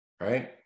Right